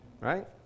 right